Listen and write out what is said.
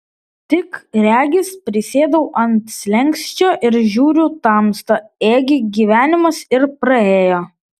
tik regis prisėdau ant slenksčio ir žiūriu tamsta ėgi gyvenimas ir praėjo